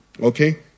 okay